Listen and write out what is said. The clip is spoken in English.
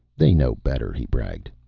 they know better, he bragged.